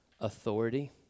authority